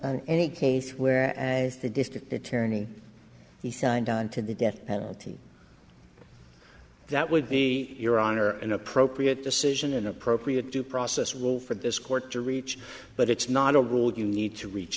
cannot any case where as the district attorney he signed on to the death penalty that would be your honor an appropriate decision and appropriate due process will for this court to reach but it's not a rule you need to reach